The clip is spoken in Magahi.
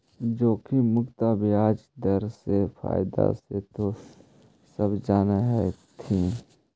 जोखिम मुक्त ब्याज दर के फयदा तो सब जान हीं हथिन